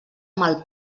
mal